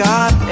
God